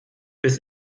bis